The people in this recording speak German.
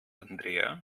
andrea